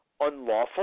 unlawful